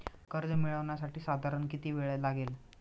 कर्ज मिळविण्यासाठी साधारण किती वेळ लागेल?